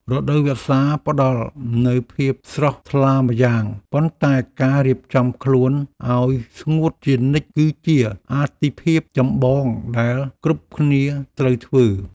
រដូវវស្សាផ្តល់នូវភាពស្រស់ថ្លាម្យ៉ាង ប៉ុន្តែការរៀបចំខ្លួនឱ្យស្ងួតជានិច្ចគឺជាអាទិភាពចម្បងដែលគ្រប់គ្នាត្រូវធ្វើ។